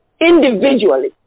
individually